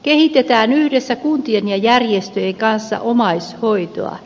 kehitetään yhdessä kuntien ja järjestöjen kanssa omaishoitoa